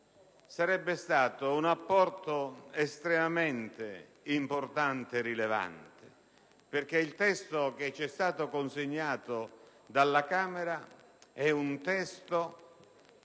sarebbe stato estremamente importante e rilevante, perché il testo che ci è stato consegnato dalla Camera è un testo